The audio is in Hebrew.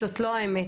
אבל זה לא האמת.